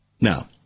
Now